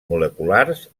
moleculars